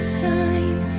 time